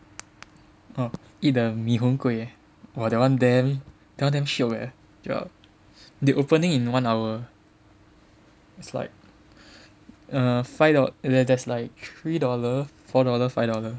eat the mee-hoon-kway !wah! that one damn shiok eh Joel they opening in one hour it's like err five dollars there's like three dollar four dollar five dollar